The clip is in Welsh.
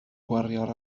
gwario